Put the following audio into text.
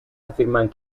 afirman